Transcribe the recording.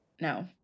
No